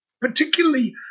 particularly